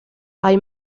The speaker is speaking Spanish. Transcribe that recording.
hay